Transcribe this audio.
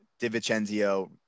DiVincenzo